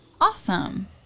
Awesome